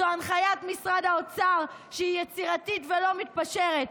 זו הנחיית משרד האוצר, שהיא יצירתית ולא מתפשרת.